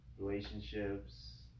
relationships